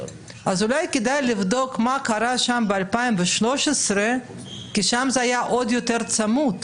אז אולי כדאי לבדוק מה קרה שם ב-2013 כי שם זה היה עוד יותר צמוד,